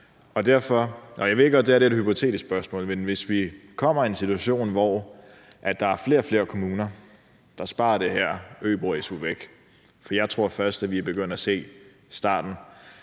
Jeg ved godt, at det her er et hypotetisk spørgsmål, men hvis vi kommer i en situation, hvor der er flere og flere kommuner, der sparer det her øbo-su væk, for jeg tror kun, vi har set begyndelsen,